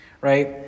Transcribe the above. right